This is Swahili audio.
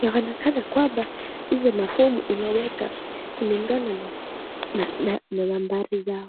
Inaonekana kwamba hizo mafomu unawekwa kulingana na nambari zao.